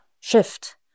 shift